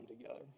together